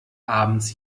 abends